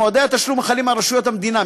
מועדי התשלום החלים על רשויות המדינה,